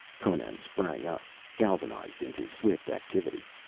conan sprang up, galvanized into swift activity.